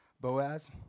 Boaz